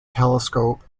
telescope